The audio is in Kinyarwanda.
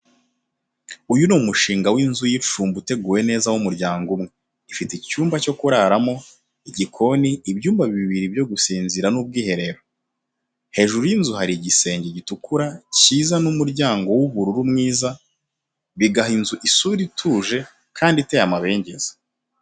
Uyu ni umushinga w’inzu y’icumbi uteguwe neza w'umuryango umwe. Ifite icyumba cyo kuraramo, igikoni, ibyumba bibiri byo gusinzira n’ubwiherero. Hejuru y’inzu hari igisenge gitukura cyiza n’umuryango w’ubururu mwiza, bigaha inzu isura ituje kandi iteye amabengeza.